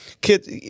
kids